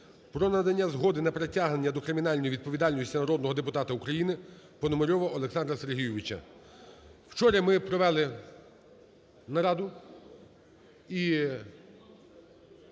про надання згоди на притягнення до кримінальної відповідальності народного депутата України Пономарьова Олександра Сергійовича. Вчора ми провели нараду,